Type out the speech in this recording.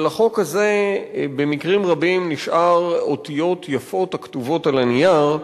אבל החוק הזה במקרים רבים נשאר אותיות יפות הכתובות על הנייר,